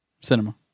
Cinema